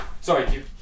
Sorry